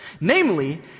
Namely